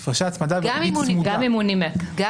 גם אם הוא נימק.